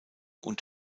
und